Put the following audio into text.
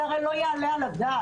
זה הרי לא יעלה על הדעת.